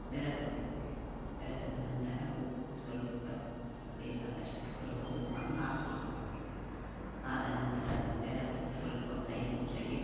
ಬೆರೆಸಬೇಕು ಬೆರೆಸಿದ ನಂತರ ಉಪ್ಪು ಸ್ವಲ್ಪ ಬೇಕಾದಷ್ಟು ಸ್ವಲ್ಪ ಉಪ್ಪನ್ನು ಹಾಕಬೇಕು ಅದಕ್ಕೆ ಆದ ನಂತರ ಅದನ್ನು ಬೆರಸಿ ಸ್ವಲ್ಪ ಒಂದು ಐದು ನಿಮಿಷ ಇಟ್ಟು